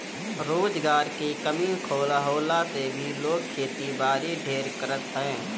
रोजगार के कमी होखला से भी लोग खेती बारी ढेर करत हअ